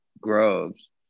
groves